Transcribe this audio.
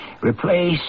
replace